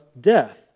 death